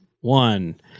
one